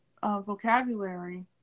vocabulary